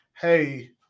hey